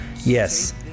Yes